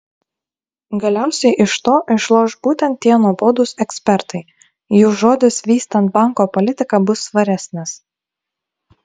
galiausiai iš to išloš būtent tie nuobodūs ekspertai jų žodis vystant banko politiką bus svaresnis